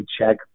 check